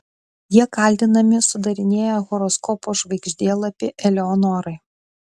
jie kaltinami sudarinėję horoskopo žvaigždėlapį eleonorai